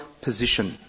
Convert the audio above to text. position